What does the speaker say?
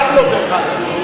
מותר לו, דרך אגב.